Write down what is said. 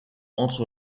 entre